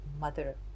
mother